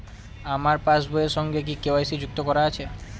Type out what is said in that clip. আমার পাসবই এর সঙ্গে কি কে.ওয়াই.সি যুক্ত করা আছে?